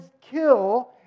kill